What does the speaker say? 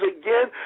again